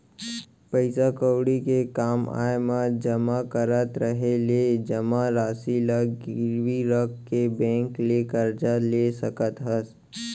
पइसा कउड़ी के काम आय म जमा करत रहें ले जमा रासि ल गिरवी रख के बेंक ले करजा ले सकत हस